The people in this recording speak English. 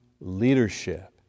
leadership